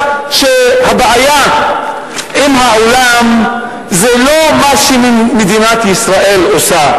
שהבעיה עם העולם זה לא מה שמדינת ישראל עושה,